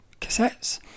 cassettes